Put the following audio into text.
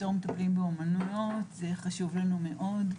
בתור מטפלים באומנויות זה חשוב לנו מאוד,